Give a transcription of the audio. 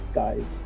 guys